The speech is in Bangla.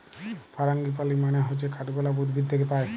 ফারাঙ্গিপালি মানে হচ্যে কাঠগলাপ উদ্ভিদ থাক্যে পায়